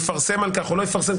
ויפרסם על כך או לא יפרסם.